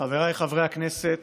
חבריי חברי הכנסת,